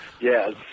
Yes